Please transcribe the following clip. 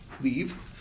leaves